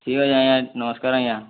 ଠିକ୍ ଅଛେ ଆଜ୍ଞା ନମସ୍କାର୍ ଆଜ୍ଞା